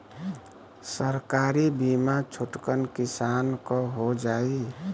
सरकारी बीमा छोटकन किसान क हो जाई?